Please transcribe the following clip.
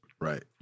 Right